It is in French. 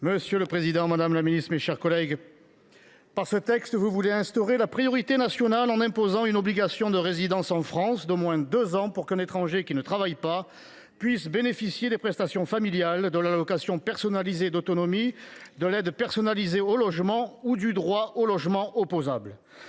Monsieur le président, madame la ministre, mes chers collègues, nos collègues de la majorité sénatoriale veulent instaurer, par ce texte, la priorité nationale, en imposant une obligation de résidence en France d’au moins deux ans pour qu’un étranger qui ne travaille pas puisse bénéficier des prestations familiales, de l’allocation personnalisée d’autonomie, de l’aide personnalisée au logement et du droit au logement opposable.